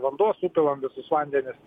vanduo supilam visus vandenis